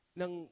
ng